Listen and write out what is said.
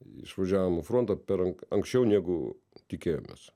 išvažiavom į frontą per ank anksčiau negu tikėjomės